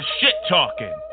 shit-talking